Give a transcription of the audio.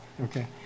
okay